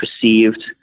perceived